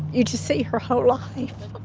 you just see her whole life.